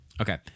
Okay